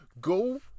Go